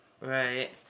Right